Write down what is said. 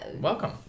Welcome